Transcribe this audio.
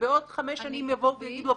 -- ובעוד חמש שנים יבואו ויגידו,